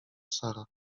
sara